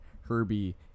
herbie